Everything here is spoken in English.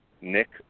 Nick